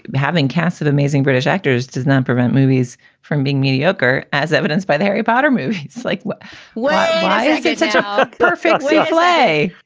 having cast of amazing british actors does not prevent movies from being mediocre as evidenced by the harry potter movies like why is such a perfect souffle?